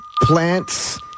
plants